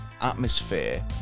atmosphere